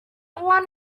one